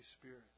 Spirit